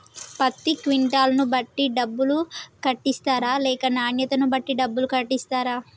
పత్తి క్వింటాల్ ను బట్టి డబ్బులు కట్టిస్తరా లేక నాణ్యతను బట్టి డబ్బులు కట్టిస్తారా?